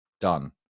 Done